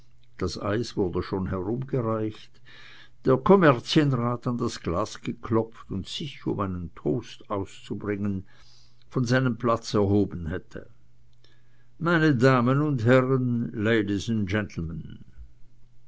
das eis wurde schon herumgereicht der kommerzienrat an das glas geklopft und sich um einen toast auszubringen von seinem platz erhoben hätte meine herren und